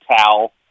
towel